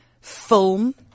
film